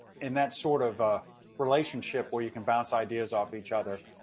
in that sort of ah relationship where you can bounce ideas off each other.